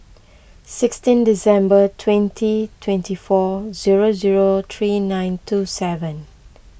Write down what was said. sixteen December twenty twenty four zero zero three nine two seven